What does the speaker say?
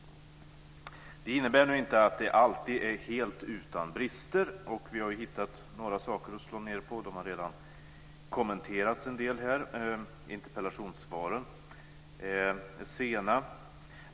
Det innebär inte att det alltid är helt utan brister. Vi har hittat några saker att slå ned på, och de har redan kommenterats en del här. Interpellationssvaren är sena.